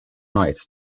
night